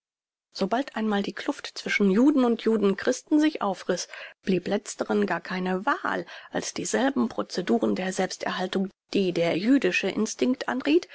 sobald einmal die kluft zwischen juden und judenchristen sich aufriß blieb letzteren gar keine wahl als dieselben proceduren der selbsterhaltung die der jüdische instinkt